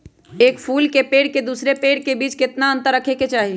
एक फुल के पेड़ के दूसरे पेड़ के बीज केतना अंतर रखके चाहि?